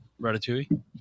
Ratatouille